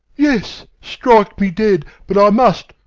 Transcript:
yes, strike me dead, but i must!